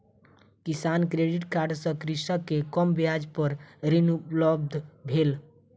किसान credit card सँ कृषक के कम ब्याज पर ऋण उपलब्ध भेल